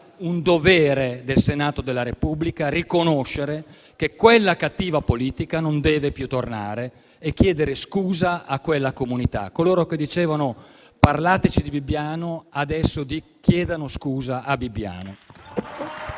un dovere del Senato della Repubblica riconoscere che quella cattiva politica non deve più tornare e chiedere scusa a quella comunità. Coloro che dicevano: «Parlateci di Bibbiano», adesso chiedano scusa a Bibbiano.